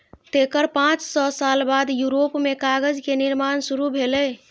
तेकर पांच सय साल बाद यूरोप मे कागज के निर्माण शुरू भेलै